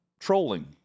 trolling